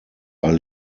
are